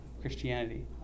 Christianity